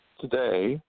today